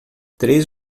três